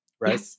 right